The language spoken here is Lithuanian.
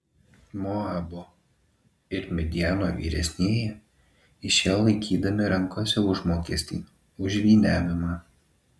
moabo ir midjano vyresnieji išėjo laikydami rankose užmokestį už žyniavimą